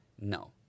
No